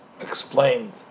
explained